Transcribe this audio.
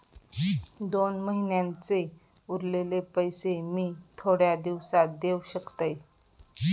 दोन महिन्यांचे उरलेले पैशे मी थोड्या दिवसा देव शकतय?